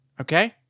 okay